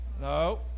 No